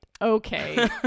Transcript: Okay